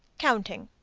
counting.